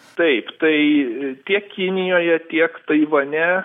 taip tai tiek kinijoje tiek taivane